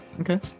okay